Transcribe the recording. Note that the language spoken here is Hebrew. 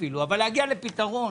אבל להגיע לפתרון.